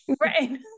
right